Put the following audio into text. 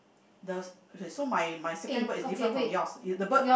the s~ okay so mine mine second bird is different from yours is the bird